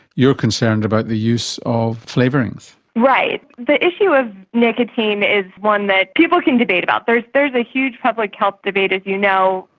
you are concerned about the use of flavourings. right. the issue of nicotine is one that people can debate about. there's there's a huge public health debate, as you know,